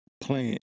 plant